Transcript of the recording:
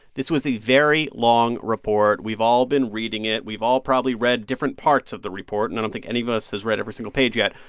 this was a very long report. we've all been reading it. we've all probably read different parts of the report. and i don't think anybody has read every single page yet.